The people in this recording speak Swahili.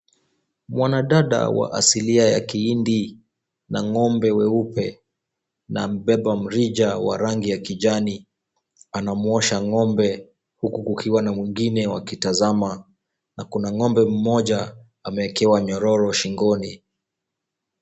Mwanadada wa asilia ya kihindi na ng'ombe weupe na amebeba mrija wa rangi ya kijani anamuosha ng'ombe huku kukiwa na mwingine wakitazama na kuna ng'ombe mwingine wakiwa wameekewa nyororo shingoni.